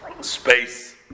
Space